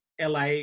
LA